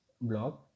blog